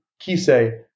kise